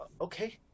Okay